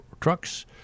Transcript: trucks